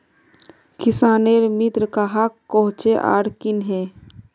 किसानेर मित्र कहाक कोहचे आर कन्हे?